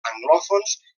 anglòfons